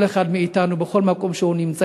כל אחד מאתנו בכל מקום שהוא נמצא,